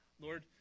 Lord